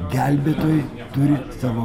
gelbėtojai turi savo